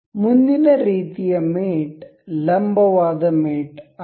ಮುಂದಿನ ರೀತಿಯ ಮೇಟ್ ಲಂಬವಾದ ಮೇಟ್ ಆಗಿದೆ